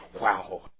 Wow